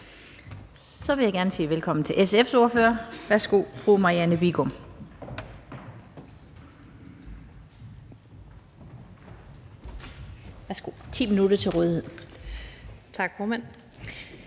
velkommen til SF's ordfører. Værsgo, fru Marianne Bigum.